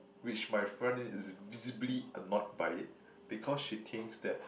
which my friend is visibly annoyed by it because she thinks that